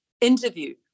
interview